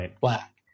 black